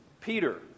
Peter